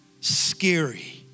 scary